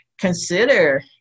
consider